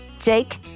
Jake